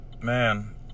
man